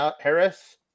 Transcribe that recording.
Harris